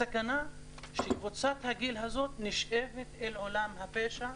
הסכנה היא שקבוצת הגיל הזאת נשאבת אל עולם הפשע,